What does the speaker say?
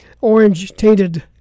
orange-tainted